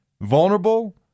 vulnerable